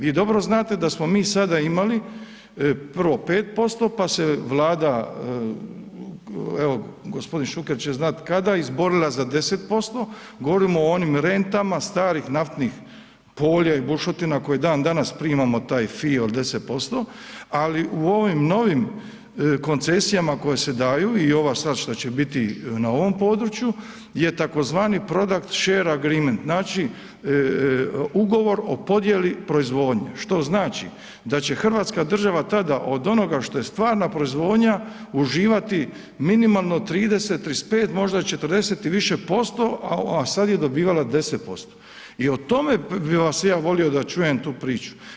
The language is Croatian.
Vi dobro znate da smo mi sada imali prvo 5%, pa se Vlada, evo g. Šuker će znati kada, izborila za 10%, govorimo o onim rentama starih naftnih polja i bušotina koje i dan danas primamo taj fi od 10%, ali u ovim novim koncesijama koje se daju i ova sada što će biti na ovom području je tzv. Production sharing agreement znači ugovor o podjeli proizvodnje, što znači da će Hrvatska država tada od onoga što je stvarna proizvodnja uživati minimalno 30, 35 možda 40 i više posto, a sada je dobivala 10% i o tome bi ja volio da čujem tu priču.